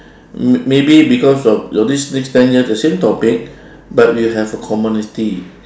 m~ maybe because of your this next ten years the same topic but we have a community